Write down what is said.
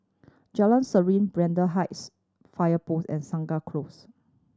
Jalan Serene Braddell Heights Fire Post and Segar Close